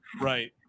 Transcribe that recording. Right